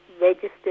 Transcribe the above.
Registered